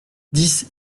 dix